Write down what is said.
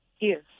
Yes